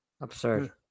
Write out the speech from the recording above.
Absurd